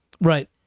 Right